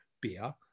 beer